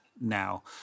Now